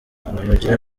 kanamugire